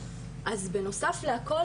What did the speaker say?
אז בנוסף להכול,